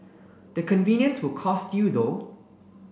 the convenience will cost you though